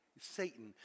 Satan